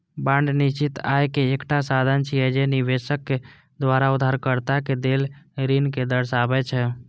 bond निश्चित आय के एकटा साधन छियै, जे निवेशक द्वारा उधारकर्ता कें देल ऋण कें दर्शाबै छै